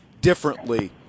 differently